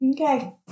Okay